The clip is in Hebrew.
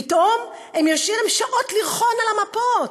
פתאום הם יושבים שעות לרכון על מפות,